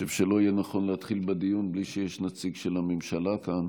חושב שלא יהיה נכון להתחיל בדיון בלי שיש נציג של הממשלה כאן.